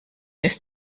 ist